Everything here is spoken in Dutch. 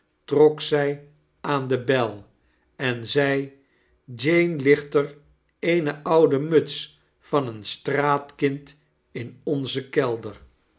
trok zij aan de bel en zei w jane ligt er eene oude muts van een straatkind in onzen kelder